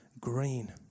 green